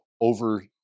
over